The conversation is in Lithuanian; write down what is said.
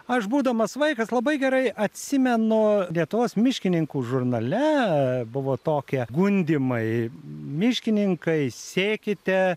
aš būdamas vaikas labai gerai atsimenu lietuvos miškininkų žurnale buvo tokie gundymai miškininkai sėkite